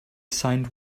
signed